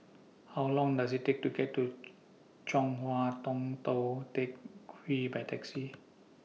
How Long Does IT Take to get to Chong Hua Tong Tou Teck Hwee By Taxi